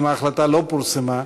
אם ההחלטה לא פורסמה,